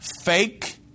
Fake